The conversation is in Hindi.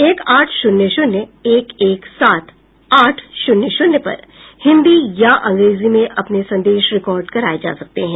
एक आठ शून्य शून्य एक एक सात आठ शून्य शून्य पर हिंदी या अंग्रेजी में अपने संदेश रिकार्ड कराए जा सकते हैं